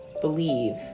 believe